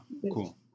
cool